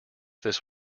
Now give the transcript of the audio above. this